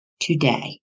today